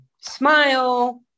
smile